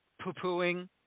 poo-pooing